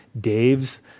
Dave's